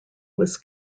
was